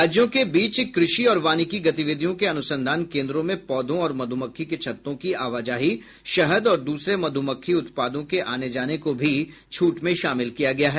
राज्यों के बीच कृषि और वानिकी गतिविधियों के अनुसंधान केन्द्रों में पौधों और मधुमक्खी के छत्तों की आवाजाही शहद और दूसरे मध्रमक्खी उत्पादों के आने जाने को भी छूट में शामिल किया गया है